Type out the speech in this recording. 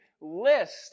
list